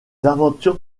aventures